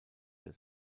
der